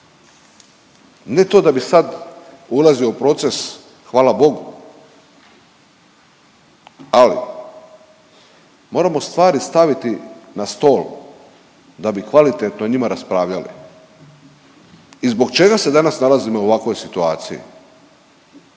ne to da bi sad ulazio u proces hvala Bogu, ali moramo stvari staviti na stol da bi kvalitetno o njima raspravljali i zbog čega se danas nalazimo u ovakvoj situaciji,